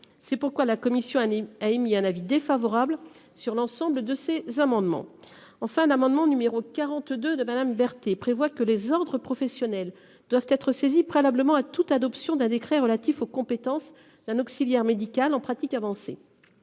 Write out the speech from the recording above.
C'est pourquoi la Commission à Nîmes a émis un avis défavorable sur l'ensemble de ces amendements en fin d'amendement numéro 42 de madame Berthe et prévoit que les ordres professionnels doivent être saisis préalablement à toute adoption d'un décret relatif aux compétences d'un auxiliaire médical en pratique avancée.